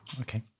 Okay